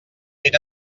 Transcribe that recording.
ben